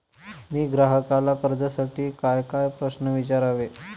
मी ग्राहकाला कर्जासाठी कायकाय प्रश्न विचारावे?